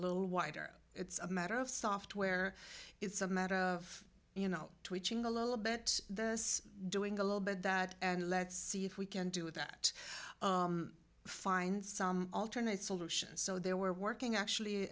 little wider it's a matter of software it's a matter of you know twitching a little bit doing a little bit that and let's see if we can do that find some alternate solutions so they were working actually